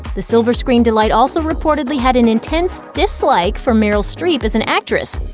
the silver screen delight also reportedly had an intense dislike for meryl streep as an actress.